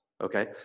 Okay